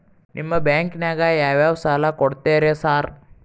ನಿಮ್ಮ ಬ್ಯಾಂಕಿನಾಗ ಯಾವ್ಯಾವ ಸಾಲ ಕೊಡ್ತೇರಿ ಸಾರ್?